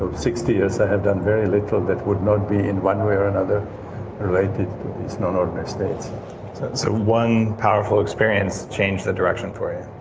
sixty years i have done very little that would not be in one way or another related to these non-ordinary states so one powerful experience changed the direction for you?